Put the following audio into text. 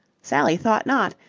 sally thought not,